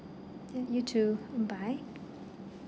you too bye